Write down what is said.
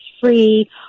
free